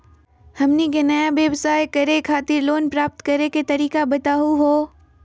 हमनी के नया व्यवसाय करै खातिर लोन प्राप्त करै के तरीका बताहु हो?